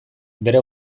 bere